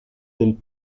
del